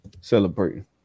celebrating